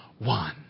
One